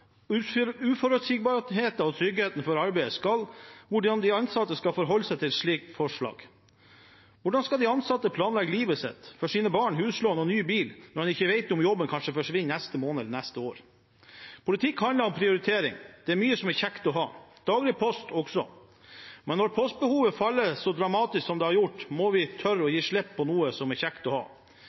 snakker varmt for tryggheten for å ha arbeid: Hvordan skal de ansatte forholde seg til et slikt forslag? Hvordan skal de ansatte planlegge livet sitt, planlegge for sine barn, huslån og ny bil, når de ikke vet om jobben kanskje forsvinner neste måned eller neste år? Politikk handler om prioritering. Det er mye som er kjekt å ha, også daglig post. Men når postbehovet faller så dramatisk som det har gjort, må vi tørre å gi slipp på noe som er kjekt å ha.